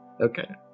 Okay